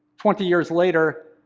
twenty years later,